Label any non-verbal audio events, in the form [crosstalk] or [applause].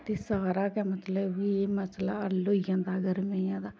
ते सारा गै मतलब कि एह् मसला हल होई जंदा अगर में [unintelligible]